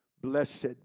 Blessed